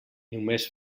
només